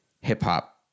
Hip-hop